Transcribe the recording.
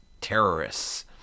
terrorists